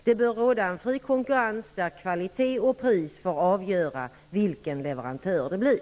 Det bör råda en fri konkurrens där kvalitet och pris får avgöra vilken leverantör det blir.